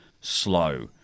slow